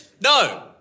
No